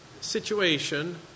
situation